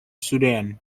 sudan